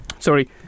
Sorry